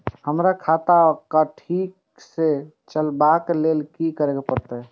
हमरा खाता क ठीक स चलबाक लेल की करे परतै